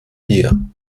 hier